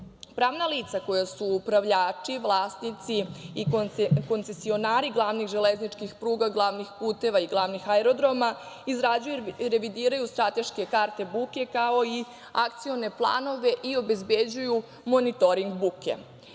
buke. Pravna lica koja su upravljači, vlasnici i koncesionari glavnih železničkih pruga, glavnih puteva i glavnih aerodroma, izrađuju i revidiraju strateške karte buke, kao i akcione planove i obezbeđuju monitoring